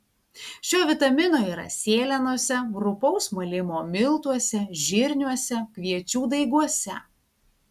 šio vitamino yra sėlenose rupaus malimo miltuose žirniuose kviečių daiguose